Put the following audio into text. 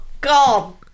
God